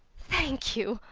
thank you.